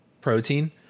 protein